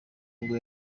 nibwo